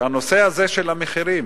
הנושא הזה של המחירים.